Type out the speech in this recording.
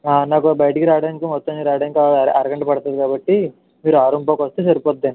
నాకు బయటకి రావడానికి మొత్తం రావడానికి అరగంట పడుతుంది కాబట్టి మీరు ఆరుంపావుకి వస్తే సరిపోతుంది అండి